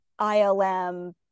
ILM